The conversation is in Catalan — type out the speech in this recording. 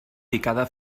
picada